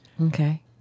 Okay